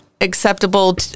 acceptable